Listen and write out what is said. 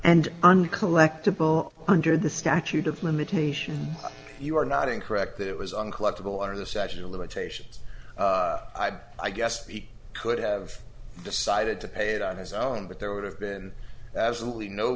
and uncollectible under the statute of limitation you are not incorrect that it was an collectible are the statute of limitations i guess he could have decided to pay it on his own but there would have been absolutely no